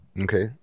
Okay